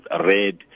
red